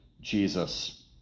Jesus